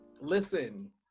Listen